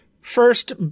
first